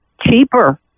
cheaper